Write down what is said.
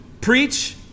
preach